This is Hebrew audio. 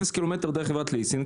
אלא אפס קילומטר דרך חברת ליסינג,